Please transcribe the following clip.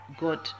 God